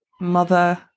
mother